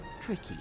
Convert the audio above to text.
tricky